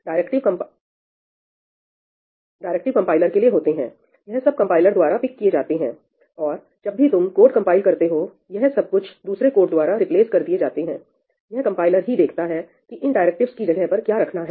directive compiler के लिए होते हैं यह सब कंपाइलर द्वारा पिक किए जाते हैं और जब भी तुम कोड कंपाइल करते हो यह सब कुछ दूसरे कोड द्वारा रिप्लेस कर दिए जाते हैंयह कंपाइलर ही देखता है कि इन डायरेक्टिवस की जगह पर क्या रखना है